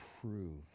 prove